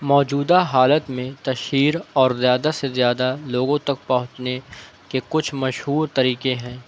موجودہ حالت میں تشہیر اور زیادہ سے زیادہ لوگوں تک پہونچنے کے کچھ مشہور طریقے ہیں